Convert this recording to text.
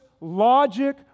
logic